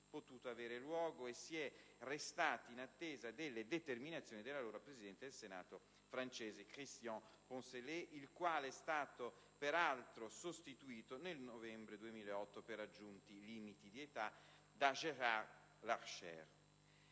è stato peraltro sostituito nel novembre 2008 per raggiunti limiti di età da Gérard Larcher.